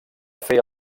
fer